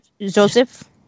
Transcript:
Joseph